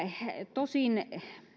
tosin